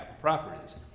properties